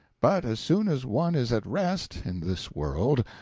but as soon as one is at rest, in this world,